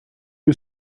you